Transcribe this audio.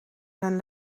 zijn